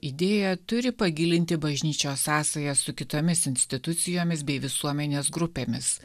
idėja turi pagilinti bažnyčios sąsajas su kitomis institucijomis bei visuomenės grupėmis